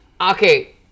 Okay